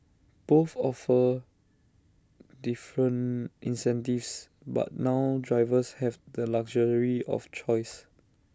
both offer different incentives but now drivers have the luxury of choice